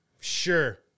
Sure